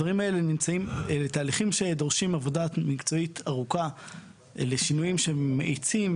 תהליכים שדורשים עבודה מקצועית ארוכה לשינויים שמאיצים,